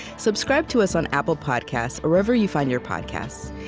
subscribe to us on apple podcasts or wherever you find your podcasts.